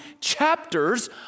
chapters